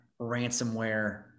ransomware